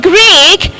Greek